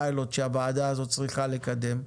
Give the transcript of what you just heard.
פיילוט שהוועדה הזו צריכה לקדם,